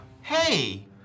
Hey